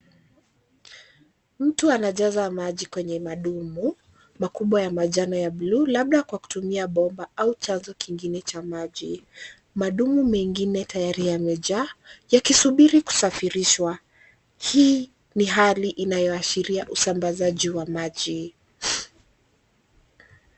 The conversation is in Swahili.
Mtu anajaza maji kwenye madumu, makubwa ya manjano ya bluu, labda kwa kutumia bomba au chanzo kingine cha maji. Madumu mengine yamejaa, yakisubiri kusafirishwa. Hii ni hali inayoashiria usambazaji wa maji.